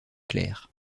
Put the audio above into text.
claires